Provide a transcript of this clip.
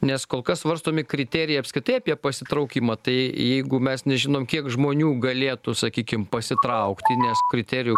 nes kol kas svarstomi kriterijai apskritai apie pasitraukimą tai jeigu mes nežinom kiek žmonių galėtų sakykim pasitraukti nes kriterijų